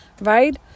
Right